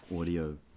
audio